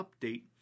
update